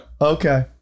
Okay